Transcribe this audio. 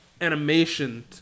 animation